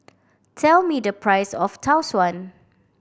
tell me the price of Tau Suan